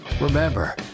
Remember